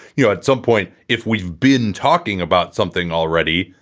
you know, at some point, if we've been talking about something already,